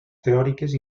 teòriques